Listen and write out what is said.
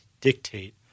dictate